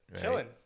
Chilling